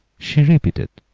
she repeated.